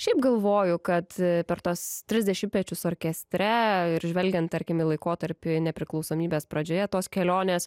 šiaip galvoju kad per tuos tris dešimtmečius orkestre ir žvelgiant tarkim laikotarpį nepriklausomybės pradžioje tos kelionės